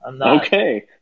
Okay